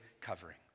covering